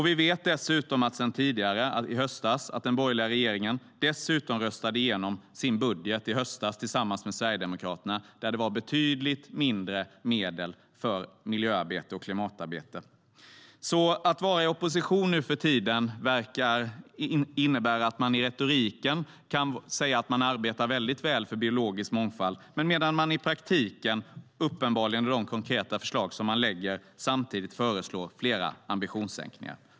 Vi vet dessutom sedan tidigare att den borgerliga regeringen röstade igenom sin budget i höstas tillsammans med Sverigedemokraterna. Där var det betydligt mindre medel för miljöarbete och klimatarbete. Att vara i opposition nu för tiden verkar innebära att man i retoriken kan säga att man arbetar väldigt väl för biologisk mångfald medan man i praktiken, uppenbarligen, i de konkreta förslag som man lägger fram föreslår flera ambitionssänkningar.